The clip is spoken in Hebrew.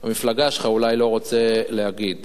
המפלגה שלך אולי, לא רוצה להגיד.